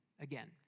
again